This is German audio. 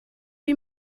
wie